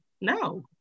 no